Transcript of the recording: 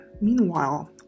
meanwhile